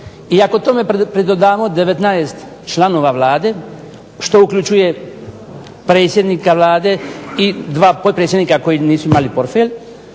i ako tome pridodamo 19 članova Vlade što uključuje predsjednika Vlade i 2 potpredsjednika koji nisu imali portfelj